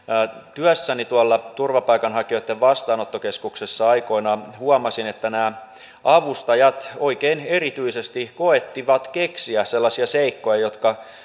työssäni tuolla turvapaikanhakijoitten vastaanottokeskuksessa aikoinaan huomasin että nämä avustajat oikein erityisesti koettivat keksiä sellaisia seikkoja jotka